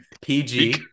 PG